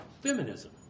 Feminism